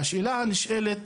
והשאלה הנשאלת,